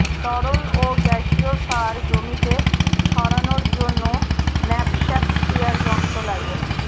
তরল ও গ্যাসীয় সার জমিতে ছড়ানোর জন্য ন্যাপস্যাক স্প্রেয়ার যন্ত্র লাগে